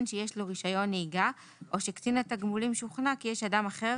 שיש לו רישיון נהיגה או שקצין התגמולים שוכנע כי יש אדם אחר